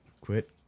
Quit